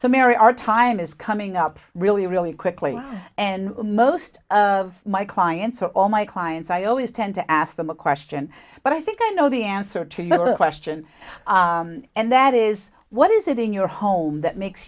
so mary our time is coming up really really quickly and most of my clients are all my clients i always tend to ask them a question but i think i know the answer to your question and that is what is it in your home that makes